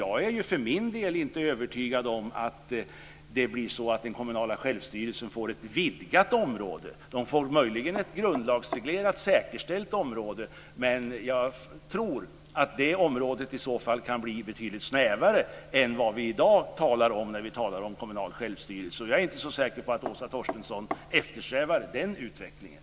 Jag är för min del inte övertygad om att den kommunala självstyrelsen får ett vidgat område. Möjligen blir den grundlagsreglerad och får ett säkerställt område. Men det området kan bli betydligt snävare än i dag. Jag är inte säker på att Åsa Torstensson eftersträvar den utvecklingen.